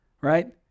right